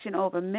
over